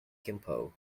gimpo